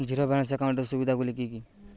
Zero balance একাউন্টের সুবিধা গুলি কি কি?